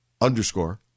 underscore